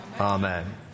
Amen